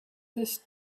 this